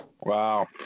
Wow